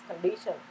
condition